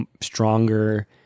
stronger